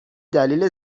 دلیل